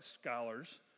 scholars